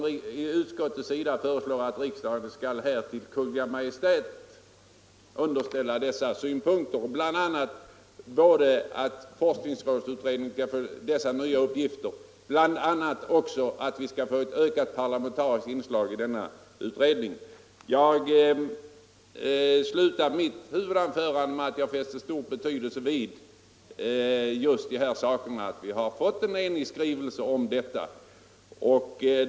Utskottet föreslår att riksdagen skall underställa Kungl. Maj:t dessa synpunkter, alltså i detta fall både att forskningsrådsutredningen skall få dessa nya uppgifter och att vi önskar ett ökat parlamentariskt inslag i denna utredning. Jag slutade mitt huvudanförande med att jag fäste stor betydelse vid att vi fått en enig skrivning om detta.